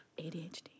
ADHD